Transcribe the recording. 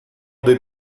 dei